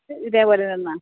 ഇതേ പോലെ തന്നാൽ